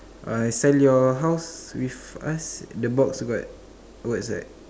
uh sell your house with us the box got words right